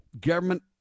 government